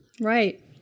Right